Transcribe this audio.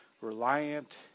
reliant